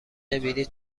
بلیط